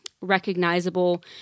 recognizable